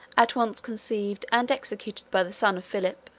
at once conceived and executed by the son of philip.